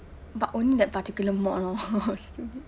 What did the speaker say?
but only that particular mod lor stupid